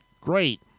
great